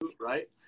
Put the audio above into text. right